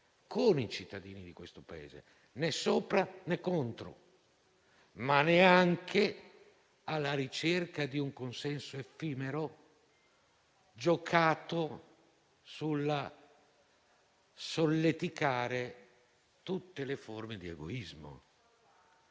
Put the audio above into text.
suoi cittadini, né sopra, né contro di loro, ma neanche alla ricerca di un consenso effimero, giocato sul solleticare tutte le forme di egoismo.